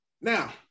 now